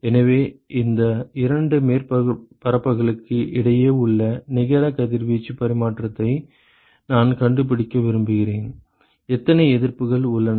எனவே இந்த இரண்டு மேற்பரப்புகளுக்கு இடையே உள்ள நிகர கதிர்வீச்சு பரிமாற்றத்தை நான் கண்டுபிடிக்க விரும்புகிறேன் எத்தனை எதிர்ப்புகள் உள்ளன